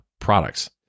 products